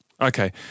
Okay